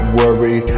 worry